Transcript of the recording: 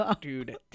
dude